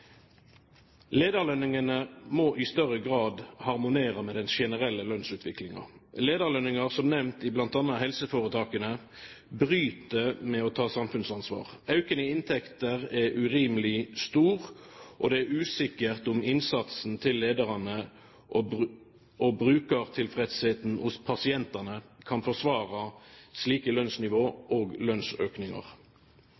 Lederlønningene må i større grad harmonere med den generelle lønnsutviklingen. Lederlønninger som nevnt i bl.a. helseforetakene bryter med å ta samfunnsansvar. Økningen i inntekter er urimelig stor, og det er usikkert om innsatsen til lederne og brukertilfredsheten hos pasientene kan forsvare slike